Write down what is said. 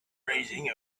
raising